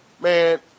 Man